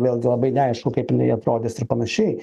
vėlgi labai neaišku kaip jinai atrodys ir panašiai